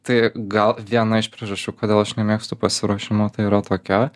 tai gal viena iš priežasčių kodėl aš nemėgstu pasiruošimo tai yra tokia